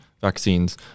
vaccines